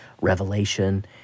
Revelation